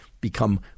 become